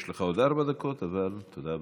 יש לך עוד ארבע דקות, אבל תודה רבה.